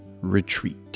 Retreat